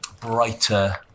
brighter